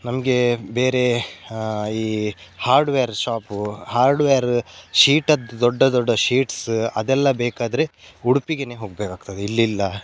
ನಮಗೆ ಬೇರೆ ಈ ಹಾರ್ಡ್ವೇರ್ ಶಾಪೂ ಹಾರ್ಡ್ವೇರ್ ಶೀಟದ್ದು ದೊಡ್ಡ ದೊಡ್ಡ ಶೀಟ್ಸ್ ಅದೆಲ್ಲ ಬೇಕಾದರೆ ಉಡುಪಿಗೆನೆ ಹೋಗಬೇಕಾಗ್ತದೆ ಇಲ್ಲಿ ಇಲ್ಲ